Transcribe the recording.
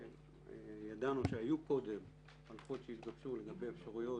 ידענו שהיו קודם חלופות שהתגבשו לגבי אפשרויות,